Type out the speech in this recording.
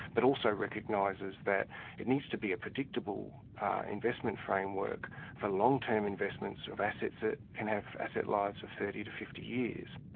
but also recognises that it needs to be a predictable investment framework for long-term investments of assets that can have asset lives of thirty to fifty years.